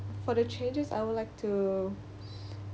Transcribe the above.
for the changes I would like to